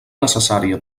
necessària